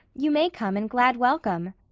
you may come and glad welcome.